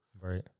Right